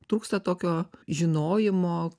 trūksta tokio žinojimo